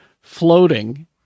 floating